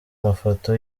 mafoto